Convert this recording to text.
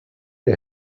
der